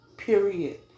Period